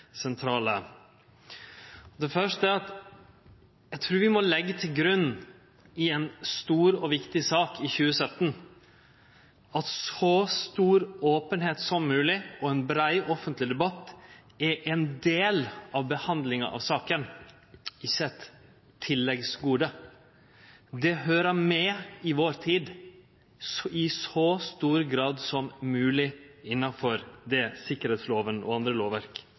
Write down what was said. sentrale. Det første er at eg trur vi må leggje til grunn i ei stor og viktig sak i 2017 at så stor openheit som mogleg og ein brei offentleg debatt er ein del av behandlinga av saka, ikkje eit tilleggsgode. Det høyrer med i tida vår – i så stor grad som mogleg innanfor det sikkerheitslova og andre lovverk